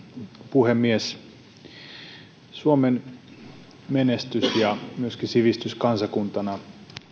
puhemies suomen menestys ja myöskin sivistys kansakuntana